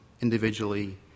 individually